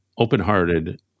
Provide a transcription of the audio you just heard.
open-hearted